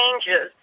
changes